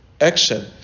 action